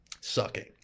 sucking